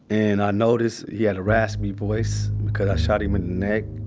and i noticed he had a raspy voice because i shot him and neck.